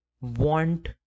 want